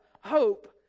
hope